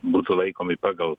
būtų laikomi pagal